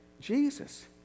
Jesus